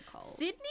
Sydney